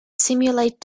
simulate